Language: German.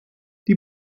die